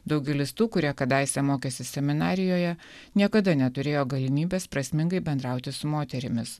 daugelis tų kurie kadaise mokėsi seminarijoje niekada neturėjo galimybės prasmingai bendrauti su moterimis